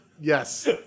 Yes